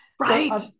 right